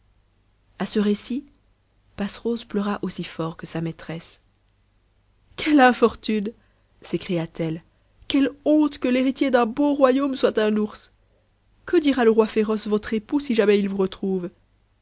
a ce récit passerose pleura aussi fort que sa maîtresse quelle infortune s'écria-t-elle quelle honte que l'héritier d'un beau royaume soit un ours que dira le roi féroce votre époux si jamais il vous retrouve